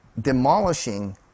demolishing